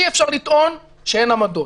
אי אפשר לטעון שאין עמדות.